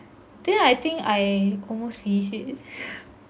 then I think I almost finished it